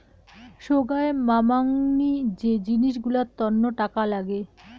সোগায় মামাংনী যে জিনিস গুলার তন্ন টাকা লাগে